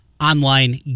online